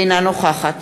אינה נוכחת